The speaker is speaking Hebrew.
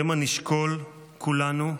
שמא נשקול כולנו,